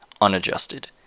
unadjusted